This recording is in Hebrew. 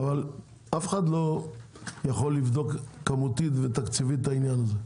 אבל אף אחד לא יכול לבדוק כמותית ותקציבית את העניין הזה.